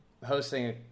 hosting